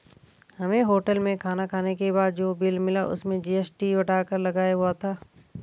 हमें होटल में खाना खाने के बाद जो बिल मिला उसमें जी.एस.टी बढ़ाकर लगाया हुआ था